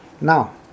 Now